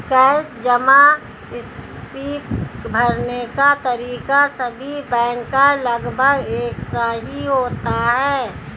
cash जमा slip भरने का तरीका सभी बैंक का लगभग एक सा ही होता है